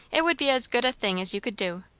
it would be as good a thing as you could do.